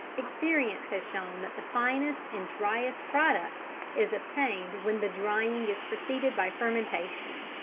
experience has shown that the finest and driest product is obtained when the drying is preceded by fermentation.